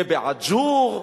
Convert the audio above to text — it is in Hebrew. ובעג'ור,